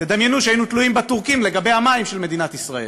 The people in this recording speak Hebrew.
תדמיינו שהיינו תלויים בטורקים לגבי המים של מדינת ישראל.